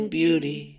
beauty